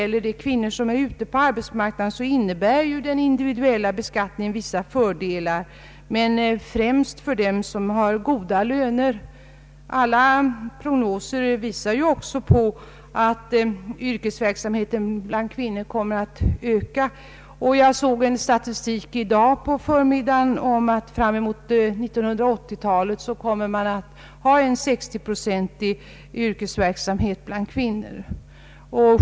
en reform av beskattningen, m.m. individuella beskattningen för de kvinnor som är ute på arbetsmarknaden vissa fördelar, men främst för dem som har goda löner. Alla prognoser visar också att yrkesverksamheten bland kvinnor kommer att öka. Jag såg i dag på förmiddagen en statistik som gav vid handen att vi fram emot 1980-talet kommer att ha en 60-procentig yrkesverksamhet bland kvinnor.